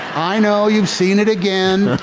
i know you've seen it again.